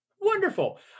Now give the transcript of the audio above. Wonderful